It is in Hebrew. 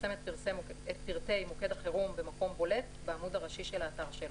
יפרסם את פרטי מוקד החירום במקום בולט בעמוד הראשי של האתר שלו.